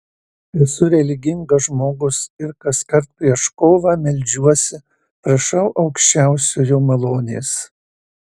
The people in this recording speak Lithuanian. esu religingas žmogus ir kaskart prieš kovą meldžiuosi prašau aukščiausiojo malonės